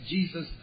Jesus